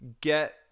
get